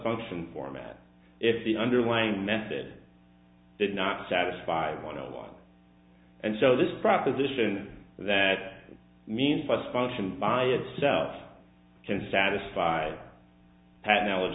function format if the underlying method did not satisfy on a lot and so this proposition that means must function by itself can satisfy had knowledge